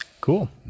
Cool